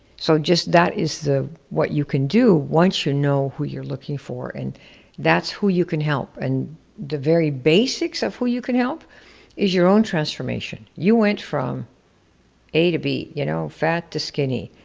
so, just that is what you can do once you know who you're looking for and that's who you can help and the very basics of who you can help is your own transformation. you went from a to b, you know? fat to skinny,